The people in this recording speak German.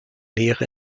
lehre